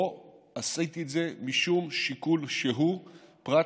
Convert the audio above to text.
לא עשיתי את זה משום שיקול שהוא פרט